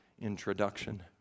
introduction